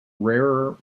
rarer